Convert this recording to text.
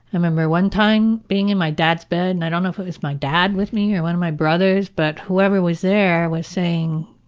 remember one time being in my dad's bed, and i don't know if it was my dad with me or one of my brothers, but whoever was there was saying,